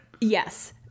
Yes